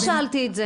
לא שאלתי את זה.